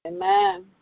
Amen